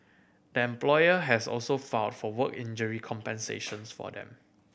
the employer has also filed for work injury compensations for them